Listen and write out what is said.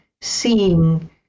seeing